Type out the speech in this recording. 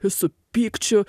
su pykčiu